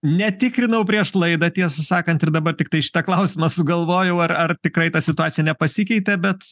netikrinau prieš laidą tiesą sakant ir dabar tiktai šitą klausimą sugalvojau ar ar tikrai ta situacija nepasikeitė bet